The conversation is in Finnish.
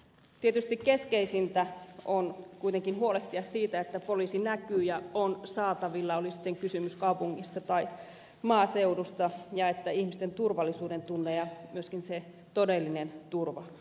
tietysti keskeisintä on kuitenkin huolehtia siitä että poliisi näkyy ja on saatavilla oli sitten kysymys kaupungista tai maaseudusta ja että ihmisten turvallisuudentunne ja myöskin se todellinen turvaa